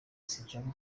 sinshaka